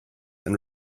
and